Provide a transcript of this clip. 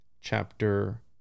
Chapter